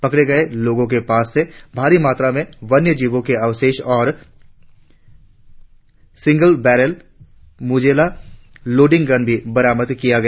पकड़े गए लोगों के पास से भारी मात्रा में वन्य जीवों के अवशेष और single barrel muzzle loading gun भी बरामद किया गया